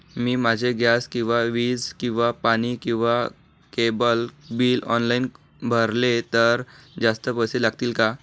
मी माझे गॅस किंवा वीज किंवा पाणी किंवा केबल बिल ऑनलाईन भरले तर जास्त पैसे लागतील का?